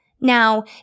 Now